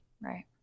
Right